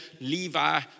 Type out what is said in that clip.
Levi